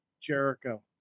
Jericho